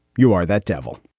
you are that devil